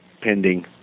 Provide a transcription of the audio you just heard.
pending